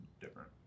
different